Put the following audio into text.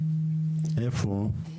תגיד,